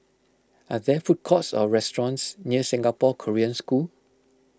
are there food courts or restaurants near Singapore Korean School